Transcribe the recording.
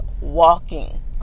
walking